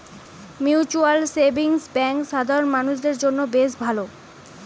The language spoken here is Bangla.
মিউচুয়াল সেভিংস বেঙ্ক সাধারণ মানুষদের জন্য বেশ ভালো